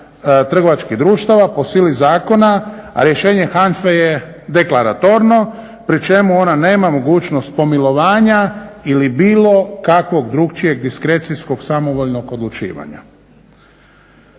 trgovačkih društva po sili zakona, a rješenje HANFE je deklaratorno pri čemu ona nema mogućnost pomilovanja ili bilo kakvog drukčijeg diskrecijskog, samovoljnog odlučivanja.